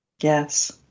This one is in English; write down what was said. Yes